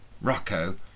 Rocco